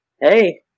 hey